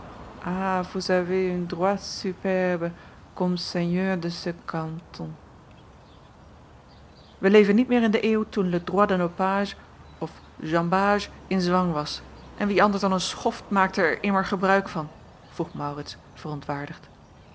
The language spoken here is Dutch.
wij leven niet meer in de eeuw toen le droit de nopçage of jambage in zwang was en wie anders dan een schoft maakte er immer gebruik van vroeg maurits verontwaardigd